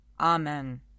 Amen